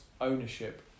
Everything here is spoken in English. ownership